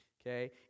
Okay